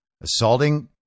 assaulting